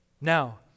Now